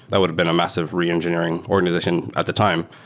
that would been a massive reengineering organization at the time.